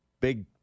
big